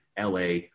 LA